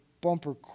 bumper